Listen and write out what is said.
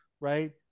right